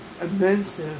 immense